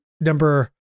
number